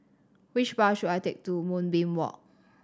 which bus should I take to Moonbeam Walk